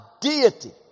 deity